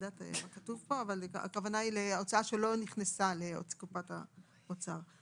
אבל הכוונה להוצאה שלא נכנסה לקופת האוצר.